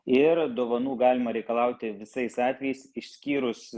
ir dovanų galima reikalauti visais atvejais išskyrus